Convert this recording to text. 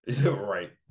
Right